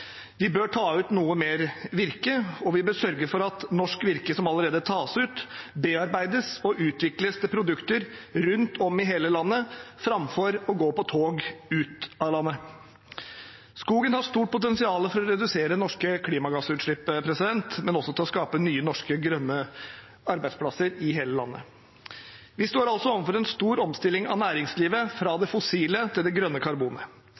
Vi bør ta ut noe mer virke, og vi bør sørge for at norsk virke som allerede tas ut, bearbeides og utvikles til produkter rundt om i hele landet, framfor å gå på tog ut av landet. Skogen har stort potensial til å redusere norske klimagassutslipp, men også til å skape nye norske, grønne arbeidsplasser i hele landet. Vi står altså overfor en stor omstilling av næringslivet – fra det fossile til det grønne karbonet.